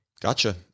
Gotcha